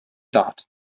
thought